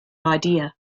idea